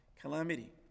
calamity